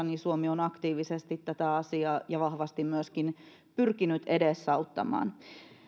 niin suomi on aktiivisesti ja vahvasti myöskin pyrkinyt edesauttamaan